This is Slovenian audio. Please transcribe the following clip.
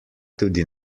tudi